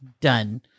done